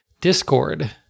Discord